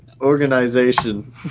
organization